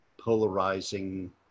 polarizing